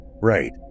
Right